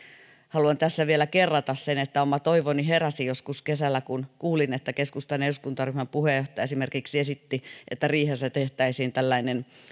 haluan tässä vielä kerrata sen että oma toivoni heräsi joskus kesällä kun kuulin että keskustan eduskuntaryhmän puheenjohtaja esimerkiksi esitti että riihessä tehtäisiin